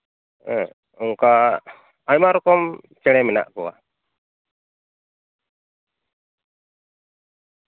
ᱦᱮᱸ ᱚᱱᱠᱟ ᱟᱭᱢᱟ ᱨᱚᱠᱚᱢ ᱪᱮᱬᱮ ᱢᱮᱱᱟᱜ ᱠᱚᱣᱟ